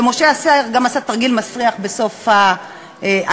ומשה גם עשה תרגיל מסריח בסוף ההצבעה,